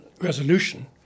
resolution